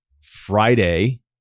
Friday